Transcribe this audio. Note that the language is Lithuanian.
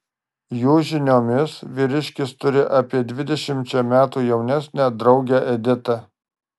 jų žiniomis vyriškis turi apie dvidešimčia metų jaunesnę draugę editą